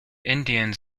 indians